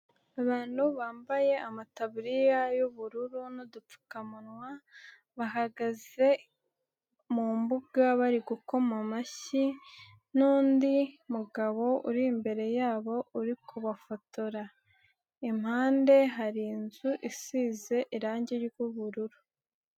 Abantu bambaye amataburiya y'ubururu n'udupfukamunwa, bahagaze mu mbuga bari gukoma amashyi n'undi mugabo uri imbere yabo uri kubafotora. Impande hari inzu isize irangi ry'ubururu.